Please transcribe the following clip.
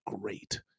great